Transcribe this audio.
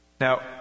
Now